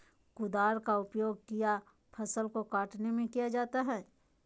कुदाल का उपयोग किया फसल को कटने में किया जाता हैं?